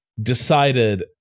decided